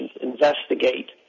investigate